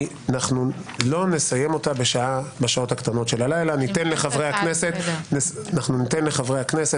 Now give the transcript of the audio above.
לא נסיים אותה בשעות הקטנות של הלילה כדי שחברי הכנסת